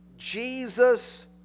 Jesus